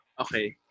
Okay